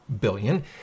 billion